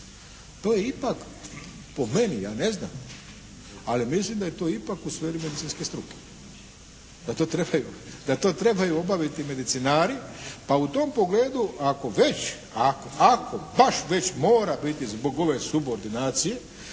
To je ipak, po meni, ja ne znam, ali mislim da je to ipak u sferi medicinske struke. Da to trebaju obaviti medicinari, pa u tom pogledu ako već, ako, ako baš već mora biti zbog ove subordinacije